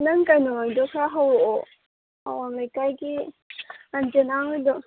ꯅꯪ ꯀꯩꯅꯣꯗꯣ ꯈꯔ ꯍꯧꯔꯛꯑꯣ ꯑꯋꯥꯡꯂꯩꯀꯥꯏꯒꯤ ꯀꯟꯖꯦꯅꯥ ꯍꯣꯏꯗꯣ